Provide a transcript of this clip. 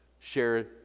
share